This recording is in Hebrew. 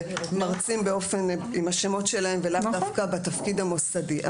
מרצים עם השמות שלהם ולאו דווקא בתפקיד המוסדי,